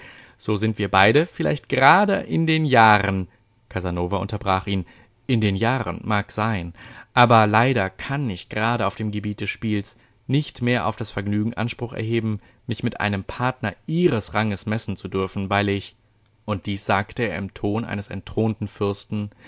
so sind wir beide vielleicht gerade in den jahren casanova unterbrach ihn in den jahren mag sein aber leider kann ich gerade auf dem gebiet des spiels nicht mehr auf das vergnügen anspruch erheben mich mit einem partner ihres ranges messen zu dürfen weil ich und dies sagte er im ton eines entthronten fürsten